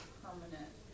permanent